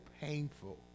painful